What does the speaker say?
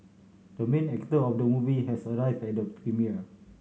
the main actor of the movie has arrived at the premiere